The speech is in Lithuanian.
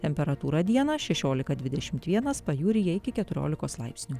temperatūra dieną šešiolika dvidešimt vienas pajūryje iki keturiolikos laipsnių